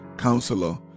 Counselor